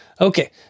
Okay